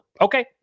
okay